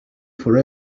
for